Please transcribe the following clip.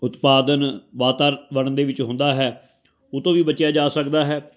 ਉਤਪਾਦਨ ਵਾਤਾਵਰਨ ਦੇ ਵਿੱਚ ਹੁੰਦਾ ਹੈ ਉਹ ਤੋਂ ਵੀ ਬਚਿਆ ਜਾ ਸਕਦਾ ਹੈ